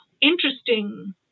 interesting